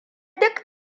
duk